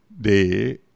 day